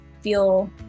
feel